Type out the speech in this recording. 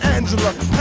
Angela